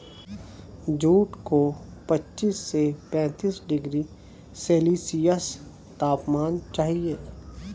jute को पच्चीस से पैंतीस डिग्री सेल्सियस तापमान चाहिए